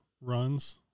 runs